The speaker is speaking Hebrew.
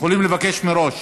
יכולים לבקש מראש.